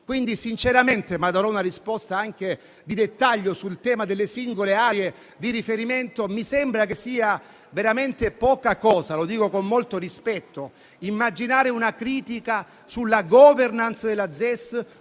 molto più ampia. Darò una risposta anche di dettaglio sul tema delle singole aree di riferimento. Ma sinceramente mi sembra che sia veramente poca cosa - lo dico con molto rispetto - immaginare una critica sulla *governance* della ZES